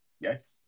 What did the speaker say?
Yes